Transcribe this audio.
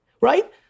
Right